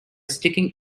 sticking